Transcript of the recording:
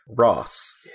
Ross